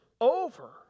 over